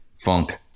Funk